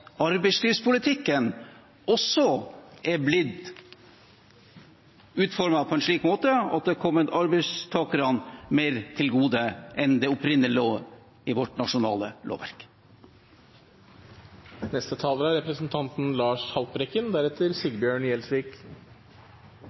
er eksempler på at arbeidslivspolitikken er blitt utformet på en slik måte at den kommer arbeidstakerne til gode i større grad enn det som opprinnelig lå i vårt nasjonale lovverk.